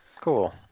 Cool